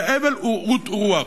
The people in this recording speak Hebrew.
הבל ורעות רוח.